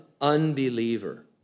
unbeliever